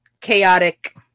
chaotic